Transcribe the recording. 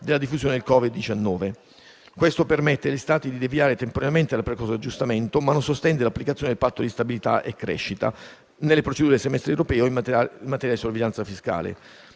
della diffusione del Covid-19. Questo permette agli Stati di deviare temporaneamente dal percorso di aggiustamento, ma non sospende l'applicazione del patto di stabilità e crescita né le procedure del semestre europeo in materia di sorveglianza fiscale.